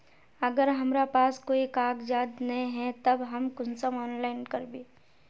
अगर हमरा पास कोई कागजात नय है तब हम कुंसम ऑनलाइन करबे?